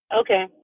Okay